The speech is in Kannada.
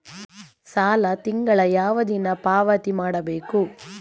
ಸಾಲ ತಿಂಗಳ ಯಾವ ದಿನ ಪಾವತಿ ಮಾಡಬೇಕು?